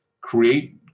create